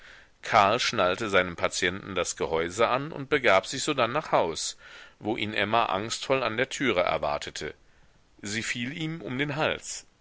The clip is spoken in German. karl schnallte seinem patienten das gehäuse an und begab sich sodann nach haus wo ihn emma angstvoll an der türe erwartete sie fiel ihm um den hals